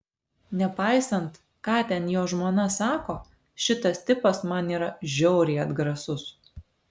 nepaisant ką ten jo žmona sako šitas tipas man yra žiauriai atgrasus